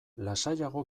lasaiago